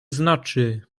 znaczy